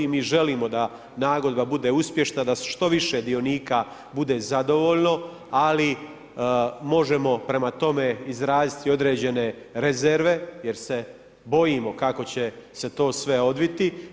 Mi želimo da nagodba bude uspješna, da se što više dionika bude zadovoljno, ali možemo prema tome izraziti i određene rezerve, jer se bojimo, kako će se to sve odviti.